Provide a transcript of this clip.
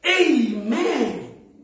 Amen